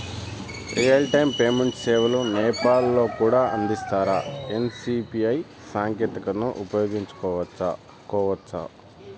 Real time payment సేవలు నేపాల్ లో కూడా అందిస్తారా? ఎన్.సి.పి.ఐ సాంకేతికతను ఉపయోగించుకోవచ్చా కోవచ్చా?